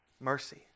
Mercy